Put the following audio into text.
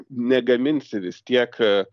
negaminsi vis tiek